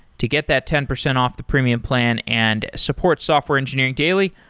to get that ten percent off the premium plan and support software engineering daily,